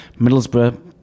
Middlesbrough